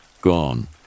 Gone